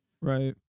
right